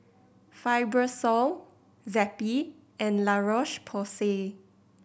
Fibrosol Zappy and La Roche Porsay